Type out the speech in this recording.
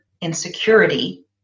insecurity